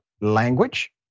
language